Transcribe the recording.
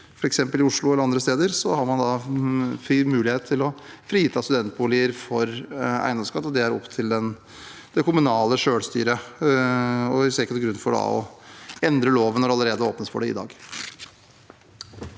f.eks. i Oslo eller andre steder, så har man fri mulighet til å frita studentboliger for eiendomsskatt. Det er opp til det kommunale selvstyret. Og vi ser ingen grunn for å endre loven når det allerede er åpnet for det i dag.